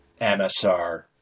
MSR